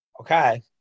okay